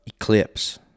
eclipse